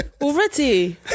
Already